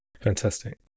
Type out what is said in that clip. Fantastic